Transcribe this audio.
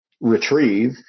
retrieve